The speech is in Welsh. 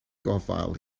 gofal